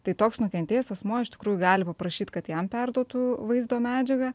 tai toks nukentėjęs asmuo iš tikrųjų gali paprašyt kad jam perduotų vaizdo medžiagą